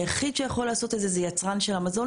היחיד שיכול לעשות את זה הוא יצרן המזון,